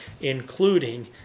including